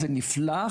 זה נפלא,